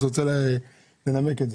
"קחי את נקודות הזיכוי",